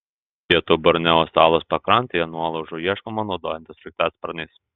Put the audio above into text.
pietų borneo salos pakrantėje nuolaužų ieškoma naudojantis sraigtasparniais